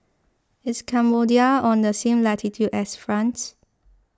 is Cambodia on the same latitude as France